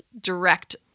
direct